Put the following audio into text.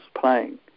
playing